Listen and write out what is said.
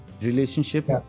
relationship